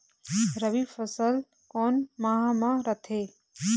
रबी फसल कोन माह म रथे?